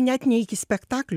net ne iki spektaklio